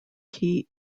key